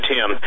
Tim